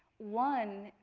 one,